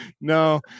no